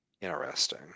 interesting